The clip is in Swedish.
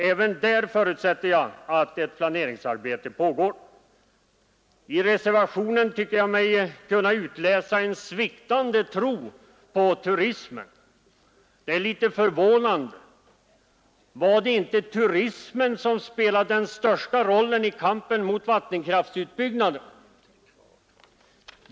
Även där förutsätter jag att ett planeringsarbete pågår. I reservationen tycker jag mig kunna utläsa en sviktande tro på turismen. Det är litet förvånande. Var det inte turismen som spelade den största rollen i kampen mot vattenkraftsutbyggnaden?